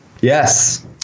Yes